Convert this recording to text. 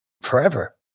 forever